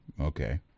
okay